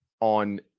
on